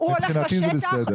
מבחינתי זה בסדר.